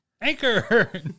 Anchor